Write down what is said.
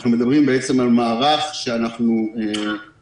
אנחנו מדברים בעצם על מערך שאנחנו יודעים